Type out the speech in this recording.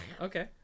Okay